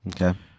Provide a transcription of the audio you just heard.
Okay